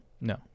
No